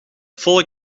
volle